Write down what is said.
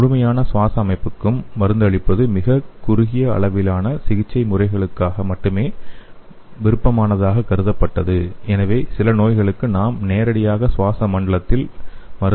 முழுமையான சுவாச அமைப்புக்கும் மருந்தளிப்பது மிகக் குறுகிய அளவிலான சிகிச்சை முறைகளுக்காக மட்டுமே விருப்பமானதாக கருதப்படுகிறது எனவே சில நோய்களுக்கு நாம் நேரடியாக சுவாச மண்டலத்தில் மருந்தை வழங்க வேண்டும்